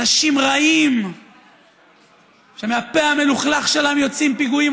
אנשים רעים שמהפה המלוכלך שלהם יוצאים פיגועים.